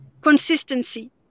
consistency